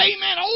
Amen